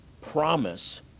promise